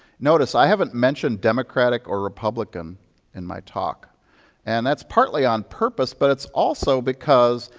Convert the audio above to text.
notice, i haven't mentioned democratic or republican in my talk and that's partly on purpose, but it's also because,